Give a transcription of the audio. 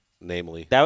namely